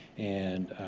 and.